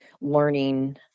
learning